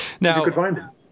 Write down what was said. Now